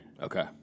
Okay